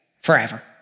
forever